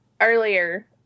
earlier